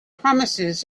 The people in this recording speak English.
promises